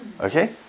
Okay